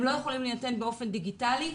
הם לא יכולים להינתן באופן דיגיטלי.